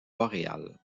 boréale